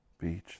beach